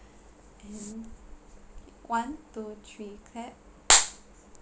and one two three clap